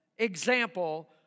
Example